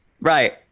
Right